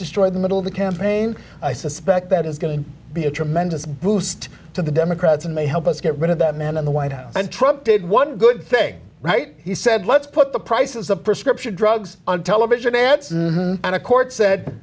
destroyed the middle of the campaign i suspect that is going to be a tremendous boost to the democrats and may help us get rid of that man in the white house and trump did one good thing right he said let's put the prices of prescription drugs on television ads and a court said